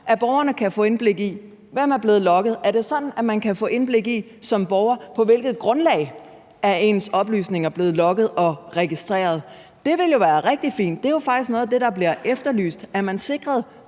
at borgerne kan få indblik i, hvem der er blevet logget? Er det sådan, at man som borger kan få indblik i, på hvilket grundlag ens oplysninger er blevet logget og registreret? Det vil jo være rigtig fint, det er faktisk noget af det, der bliver efterlyst. Er man sikret